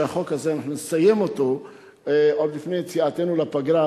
שנסיים את החוק הזה עוד לפני יציאתנו לפגרה,